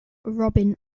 robin